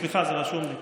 סליחה, זה רשום לי.